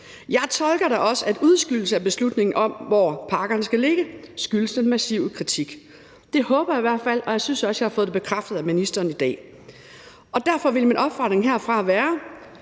Jeg tolker da også, at udskydelsen af beslutningen om, hvor parkerne skal ligge, skyldes den massive kritik. Det håber jeg i hvert fald, og jeg synes også, at jeg har fået det bekræftet af ministeren i dag. Derfor vil min opfordring herfra være: